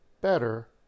better